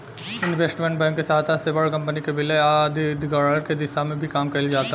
investment bank के सहायता से बड़ कंपनी के विलय आ अधिग्रहण के दिशा में भी काम कईल जाता